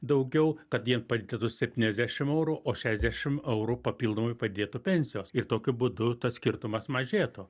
daugiau kad jiem padidėtų septyniasdešim eurų o šešiasdešim eurų papildomai padidėtų pensijos ir tokiu būdu tas skirtumas mažėtų